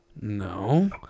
no